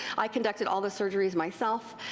i conducted all the surgeries myself.